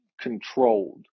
controlled